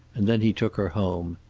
and then he took her home.